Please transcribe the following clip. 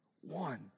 One